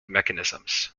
mechanisms